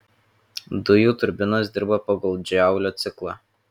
dujų turbinos dirba pagal džaulio ciklą